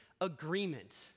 agreement